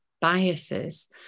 biases